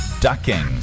ducking